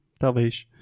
Talvez